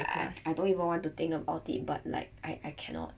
I I don't even want to think about it but like I I cannot